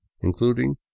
including